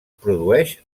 produeix